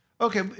Okay